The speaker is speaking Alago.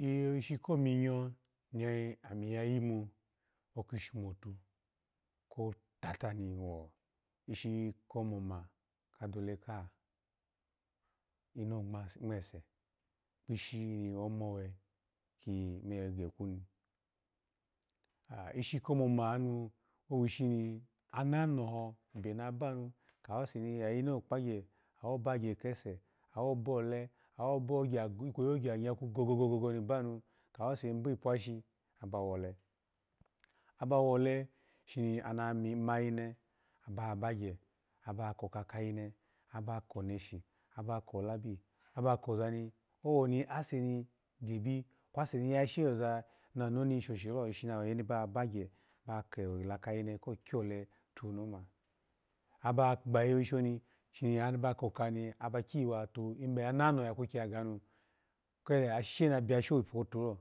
Ishi ko myiyo ni ami ya yemu oki shumotu, kotata, wo ishi akomoma kadoleku inongma- mesa ishini omawe ni oya gekwu ni, ishi komomanu owiski ni ananoho, abe na ba nu ayine okpagyu rawo ba gye ke, su awobole, awobikweyi ogya ngyakli go go goni banu, awase ni bipashi aba wole aba wole shini ana mayene abawa bagye shini ana kokakayene, aba koneshi abako labi abawa kozani owoni aseni gebi kwe oseni gashe oza na ni shoshi lo, ishi ni ayene bawa bagye ba kela kayene kole tu noma, abawa gbayishini shini abawa koka ni aba kyiwatu eme anunoho ya kheigye ya ga nu ikede ashishe naka biyashishe pu kotilo